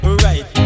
right